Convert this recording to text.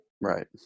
Right